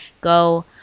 go